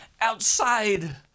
outside